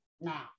Now